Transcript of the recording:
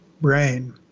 brain